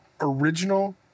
Original